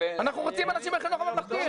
אנחנו רוצים אנשים מהחינוך הממלכתי,